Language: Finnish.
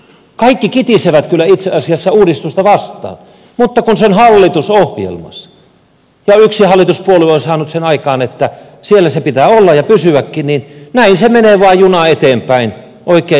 kaikki kitisevät kyllä itse asiassa uudistusta vastaan mutta kun se on hallitusohjelmassa ja yksi hallituspuolue on saanut sen aikaan että siellä sen pitää olla ja pysyäkin niin näin se menee vain juna eteenpäin oikein jytisten